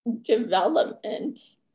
development